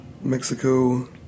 Mexico